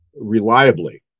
reliably